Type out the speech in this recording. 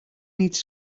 needs